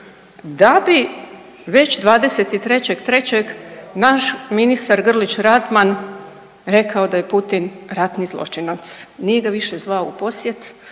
da bi već 23.3. naš ministar Grlić Radman rekao da je Putin ratni zločinac. Nije ga više zvao u posjet,